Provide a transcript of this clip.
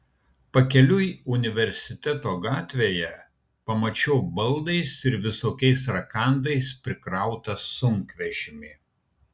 pakeliui universiteto gatvėje pamačiau baldais ir visokiais rakandais prikrautą sunkvežimį